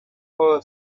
for